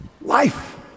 life